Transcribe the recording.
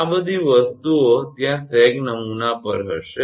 આ બધી વસ્તુઓ ત્યાં સેગ નમૂના પર હશે